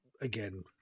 Again